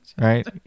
Right